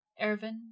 Ervin